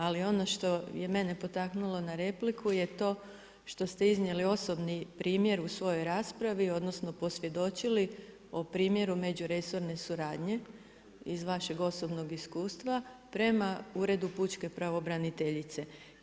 Ali ono što je mene potaknulo na repliku je to što ste iznijeli osobni primjer u svojoj raspravi odnosno posvjedočili o primjeru međuresorne suradnje iz vašeg osobnog iskustva prema Uredu pučke pravobraniteljice.